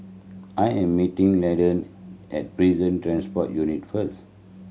I am meeting Landen at Prison Transport Unit first